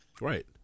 Right